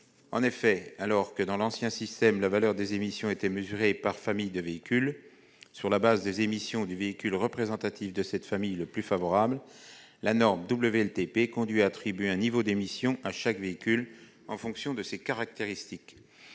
En effet, alors que, dans l'ancien système, la valeur des émissions était mesurée par familles de véhicules sur la base des émissions du véhicule représentatif de chaque famille le plus favorable, la norme WLTP conduit à attribuer un niveau d'émissions à chaque véhicule, en fonction de ses caractéristiques.